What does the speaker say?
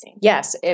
Yes